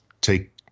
take